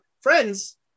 friends